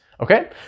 okay